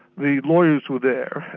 the lawyers were there,